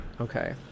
okay